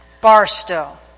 Barstow